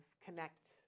connect